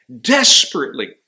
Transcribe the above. desperately